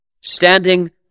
standing